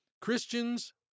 Christians